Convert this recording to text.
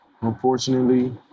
Unfortunately